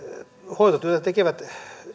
hoitotyötä tekevät